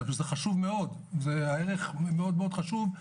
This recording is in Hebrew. וזה חשוב מאוד והערך מאוד מאוד חשוב,